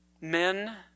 Men